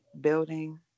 building